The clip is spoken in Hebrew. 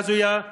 ההזויה,